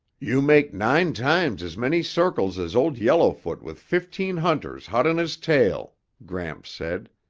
you make nine times as many circles as old yellowfoot with fifteen hunters hot on his tail, gramps said.